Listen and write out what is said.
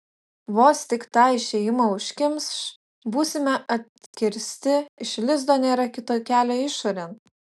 vos tik tą išėjimą užkimš būsime atkirsti iš lizdo nėra kito kelio išorėn